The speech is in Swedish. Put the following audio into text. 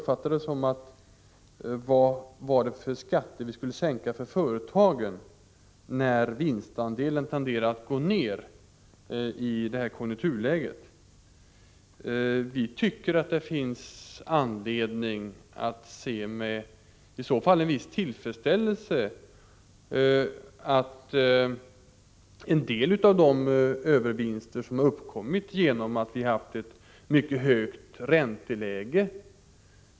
Frågade han vad det var för skatter vi skulle sänka för företagen när vinstandelen tenderar att gå ned i detta konjunkturläge? Vi tycker att det finns anledning att se med viss tillfredsställelse att en del av de övervinster försvinner som har uppkommit genom att vi har haft ett mycket högt ränteläge.